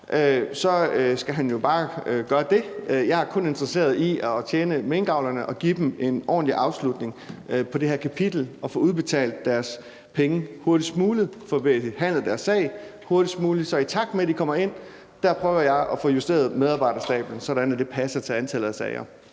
skal han jo bare gøre det. Jeg er kun interesseret i at tjene minkavlerne og give dem en ordentlig afslutning på det her kapitel og få udbetalt deres penge til dem hurtigst muligt – få behandlet deres sag hurtigst muligt. Så i takt med at de kommer ind, prøver jeg at få justeret medarbejderstaben, sådan at det passer til antallet af sager.